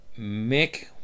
mick